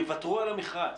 יוותרו על המכרז.